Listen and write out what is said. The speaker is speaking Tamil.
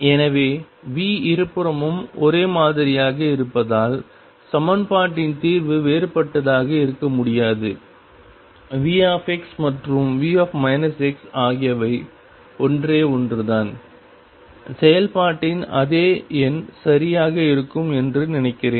எனவே V இருபுறமும் ஒரே மாதிரியாக இருப்பதால் சமன்பாட்டின் தீர்வு வேறுபட்டதாக இருக்க முடியாது V மற்றும் V ஆகியவை ஒன்றே ஒன்றுதான் செயல்பாட்டின் அதே எண் சரியாக இருக்கும் என்று நினைக்கிறேன்